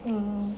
mm